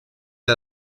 der